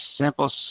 simple